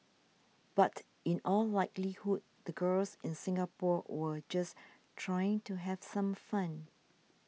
but in all likelihood the girls in Singapore were just trying to have some fun